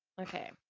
Okay